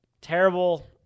Terrible